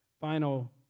Final